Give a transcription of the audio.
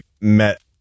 met